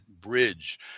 bridge